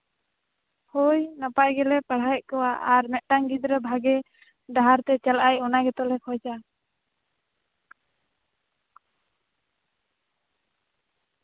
ᱦᱳᱭ ᱱᱟᱯᱟᱭ ᱜᱮᱞᱮ ᱯᱟᱲᱦᱟᱣᱮᱫ ᱠᱚᱣᱟ ᱟᱨ ᱢᱤᱫᱴᱟᱝ ᱜᱤᱫᱽᱨᱟᱹ ᱵᱷᱟᱜᱮ ᱰᱟᱦᱟᱨ ᱛᱮᱭ ᱪᱟᱞᱟᱜ ᱟᱭ ᱚᱱᱟ ᱜᱮᱛᱚ ᱞᱮ ᱠᱷᱚᱡᱟ